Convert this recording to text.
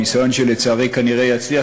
הניסיון שלצערי כנראה יצליח,